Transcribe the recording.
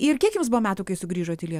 ir kiek jums buvo metų kai sugrįžot į lie